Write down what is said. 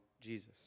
Jesus